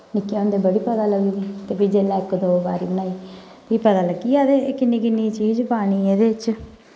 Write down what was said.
निक्के होंदे बड़ी पता लगदी ते फ्ही जिसलै इक दो बारी बनाई फ्ही पता लग्गी गेआ केह् किन्नी किन्नी केह् केह् चीज पाह्नी एह्दे च